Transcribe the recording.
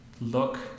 look